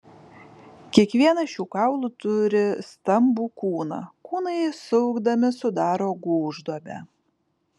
kiekvienas šių kaulų turi stambų kūną kūnai suaugdami sudaro gūžduobę